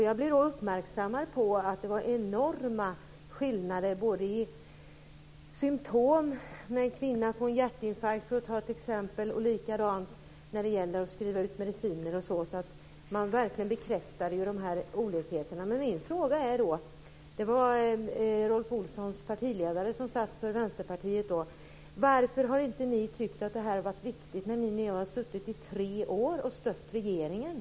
Jag blev då uppmärksammad på att det finns enorma skillnader både vad gäller symtom, vid t.ex. hjärtinfarkter, och när det gäller att skriva ut mediciner. Man bekräftade verkligen dessa olikheter. Rolf Olssons partiledare var med från Vänsterpartiet. Min fråga är varför ni inte har tyckt att ämnet har varit viktigt under de tre år som ni har stött regeringen.